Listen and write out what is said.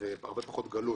והרבה פחות גלוי.